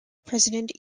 president